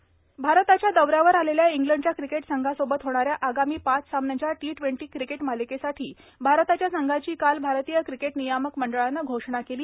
cricket संघ भारताच्या दौऱ्यावर आलेल्या इंग्लडच्या क्रिकेट संघासोबत होणाऱ्या आगामी पाच सामन्यांच्या टी ट्वेंटी क्रिकेट मालिकेसाठी भारताच्या संघाची काल भारतीय क्रिकेट नियामक मंडळानं घोषणा केली